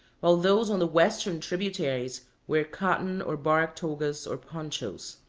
while those on the western tributaries wear cotton or bark togas or ponchos.